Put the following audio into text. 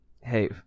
hey